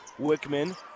Wickman